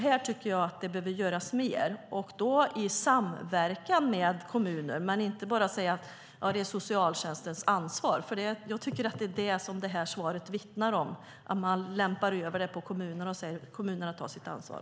Här tycker jag att det behöver göras mer i samverkan med kommunerna. Man ska inte bara säga att det är socialtjänstens ansvar. Jag tycker att det här svaret vittnar om att man lämpar över det på kommunerna och säger att de ska ta sitt ansvar.